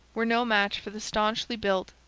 were no match for the staunchly built,